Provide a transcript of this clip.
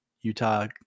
Utah